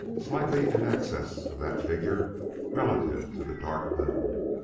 slightly in excess of that figure relative to the dark moon.